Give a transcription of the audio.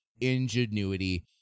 ingenuity